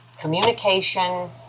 communication